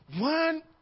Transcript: One